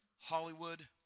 Hollywood